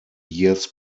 years